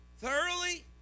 Thoroughly